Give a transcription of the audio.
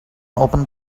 open